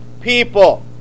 people